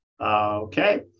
Okay